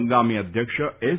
ફંગામી અધ્યક્ષ એસ